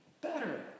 better